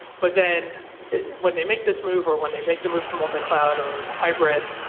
but then when they make this move, or when they make the move to multi cloud, or hybrid,